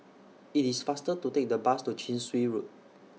IT IS faster to Take The Bus to Chin Swee Road